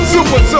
Super